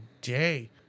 day